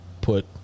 put